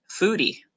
foodie